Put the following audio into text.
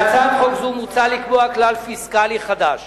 בהצעת חוק זו מוצע לקבוע כלל פיסקלי חדש